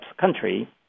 country